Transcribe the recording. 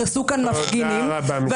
לתאר את תחושת הבוז שאני